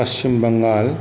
Paschim Bengal